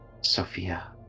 Sophia